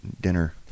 Dinner